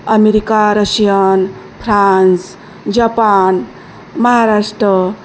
America Russian France Japan Maharashtra